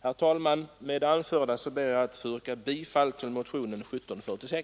Herr talman! Med det anförda ber jag att få yrka bifall till motionen 1745.